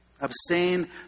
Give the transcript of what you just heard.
Abstain